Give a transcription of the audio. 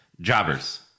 Jobbers